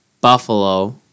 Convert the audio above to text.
Buffalo